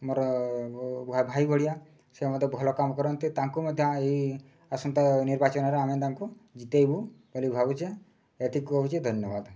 ମୋର ଭାଇ ଭଳିଆ ସେ ମଧ୍ୟ ଭଲ କାମ କରନ୍ତି ତାଙ୍କୁ ମଧ୍ୟ ଏହି ଆସନ୍ତା ନିର୍ବାଚନରେ ଆମେ ତାଙ୍କୁ ଜିତାଇବୁ ବୋଲି ଭାବୁଛେ ଏତିକି କହୁଛି ଧନ୍ୟବାଦ